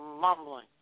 mumbling